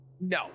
No